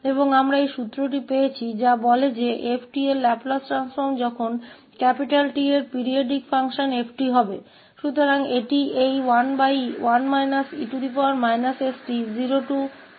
और हमें यह सूत्र मिला जो कहता है कि 𝑓𝑡 का लाप्लास परिवर्तन जब 𝑓𝑡 अवधि 𝑇 का आवधिक कार्य है